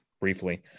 briefly